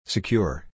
Secure